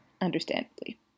understandably